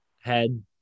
head